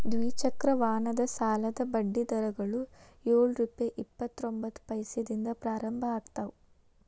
ದ್ವಿಚಕ್ರ ವಾಹನದ ಸಾಲದ ಬಡ್ಡಿ ದರಗಳು ಯೊಳ್ ರುಪೆ ಇಪ್ಪತ್ತರೊಬಂತ್ತ ಪೈಸೆದಿಂದ ಪ್ರಾರಂಭ ಆಗ್ತಾವ